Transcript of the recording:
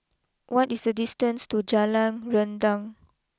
what is the distance to Jalan Rendang